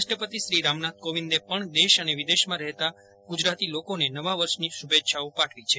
રાષ્ટ્રપતિ રામનાથ કોવિંદે પણ દેશ અને વિદેશમાં રહેતા ગુજરાતી લોકોને નવા વર્ષની શુભેચ્છા પાઠવી છે